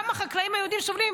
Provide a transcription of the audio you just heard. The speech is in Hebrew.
גם החקלאים היהודים סובלים,